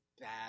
bad